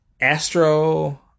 Astro